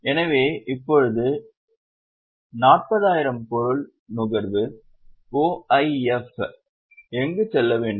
எனவே இப்போது 40000 பொருள் நுகர்வு OIF எங்கு செல்ல வேண்டும்